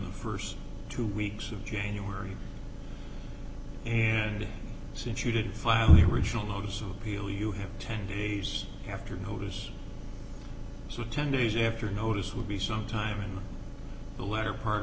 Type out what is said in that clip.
the st two weeks of january and since you didn't file the original notice of appeal you have ten days after notice so ten days after notice would be some time in the letter p